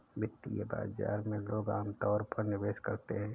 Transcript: वित्तीय बाजार में लोग अमतौर पर निवेश करते हैं